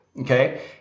Okay